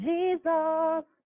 Jesus